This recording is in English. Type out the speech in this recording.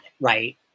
right